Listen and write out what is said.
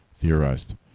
theorized